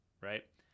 Right